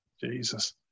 Jesus